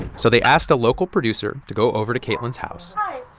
so they asked a local producer to go over to kaitlyn's house hi.